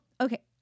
okay